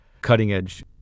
cutting-edge